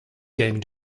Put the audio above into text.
game